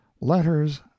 letters